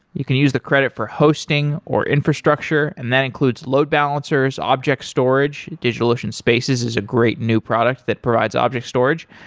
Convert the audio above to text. you can use the credit for hosting, or infrastructure and that includes load balancers, object storage, digitalocean spaces is a great new product that provides object storage,